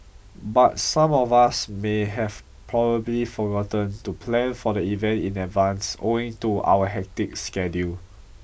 but some of us may have probably forgotten to plan for the event in advance owing to our hectic schedule